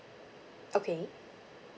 okay